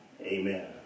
Amen